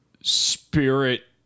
spirit